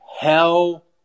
hell